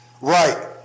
Right